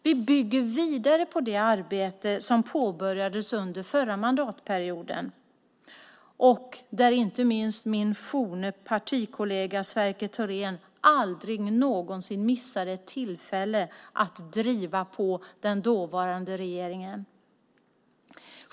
Vi bygger vidare på det arbete som påbörjades under förra mandatperioden och där inte minst min forne partikollega Sverker Thorén aldrig någonsin missade ett tillfälle att driva på den dåvarande regeringen.